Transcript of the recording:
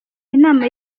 inama